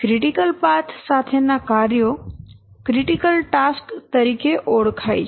critical path સાથેનાં કાર્યો critical tasks તરીકે ઓળખાય છે